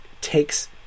takes